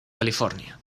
california